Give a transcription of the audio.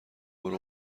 برو